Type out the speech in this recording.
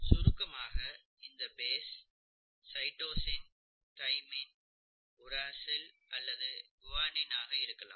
சுருக்கமாக இந்த base cytosine thymine uracil adenine அல்லது குவானின் ஆக இருக்கலாம்